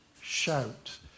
shout